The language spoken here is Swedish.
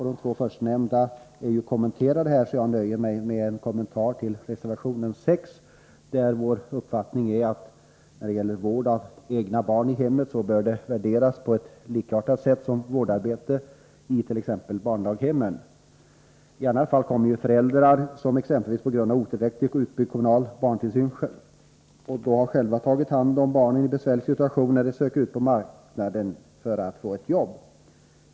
De två förstnämnda reservationerna är redan kommenterade här, så jag nöjer mig med en kommentar till reservation 6, där vår uppfattning är den att vård av egna barn i hemmet bör värderas på likartat sätt som vårdarbete i t.ex. barndaghemmen. I annat fall kommer de föräldrar som exempelvis på grund av otillräckligt utbyggd kommunal barntillsyn själva tagit hand om barnen i en besvärlig situation när de söker sig ut på arbetsmarknaden för att få ett jobb.